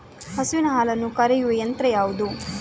ಹಸುವಿನ ಹಾಲನ್ನು ಕರೆಯುವ ಯಂತ್ರ ಯಾವುದು?